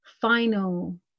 final